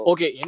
Okay